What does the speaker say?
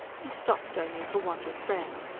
he stopped only for want of breath.